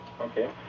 Okay